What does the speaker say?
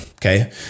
Okay